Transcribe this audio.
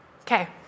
Okay